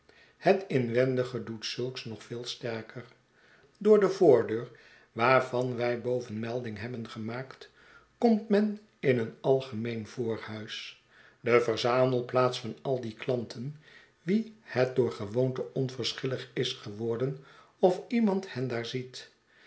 het inwendige doet zulks nog veel sterker door de voordeur waarvan wij boven melding hebben gemaakt komt men in het algemeene voorhuis de verzamelplaats van ai die klanten wien het door gewoonte onverschillig is geworden of iemand hen daar ziet